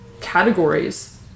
categories